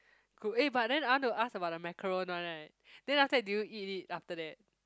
good eh but then I want to ask about the macaroon one right then after that did you eat it after that